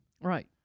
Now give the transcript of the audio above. Right